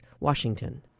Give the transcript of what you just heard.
Washington